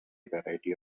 variety